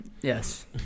Yes